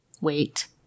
wait